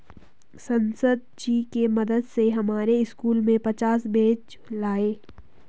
सांसद जी के मदद से हमारे स्कूल में पचास बेंच लाए